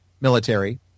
military